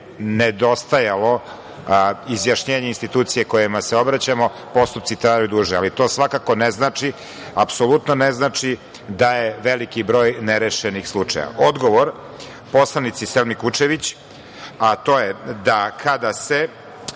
nedostajalo izjašnjenje institucije kojoj se obraćamo postupci traju duže, ali to svakako ne znači da je veliki broj nerešenih slučajeva. Odgovor poslanici Selmi Kučević je da kada se